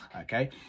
okay